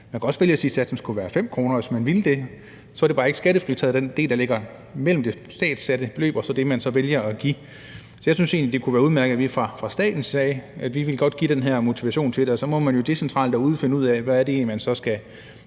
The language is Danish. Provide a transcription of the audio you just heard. Man kunne også vælge at sige, at satsen skulle være 5 kr., hvis man ville det, men så er den del, der ligger mellem det statsfastsatte beløb og det, man selv vælger at give, bare ikke skattefri. Så jeg synes egentlig, det kunne være udmærket, at vi fra statens side sagde, at vi godt ville give den her motivation til det, og så må man jo decentralt derude finde ud af, hvor man skal